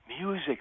music